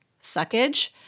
suckage